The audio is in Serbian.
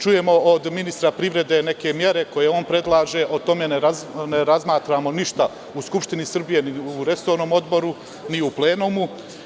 Čujemo od ministra privrede neke mere koje on predlaže – ni o tome ne razgovaramo ni u Skupštini Srbije, niti u resornom odboru, ni u plenumu.